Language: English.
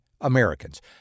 Americans